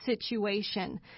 situation